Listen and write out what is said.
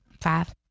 five